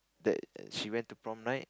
that she went to prom night